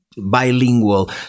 Bilingual